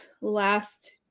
last